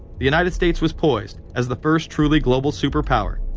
the united states was poised as the first truly global superpower.